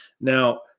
Now